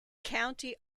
county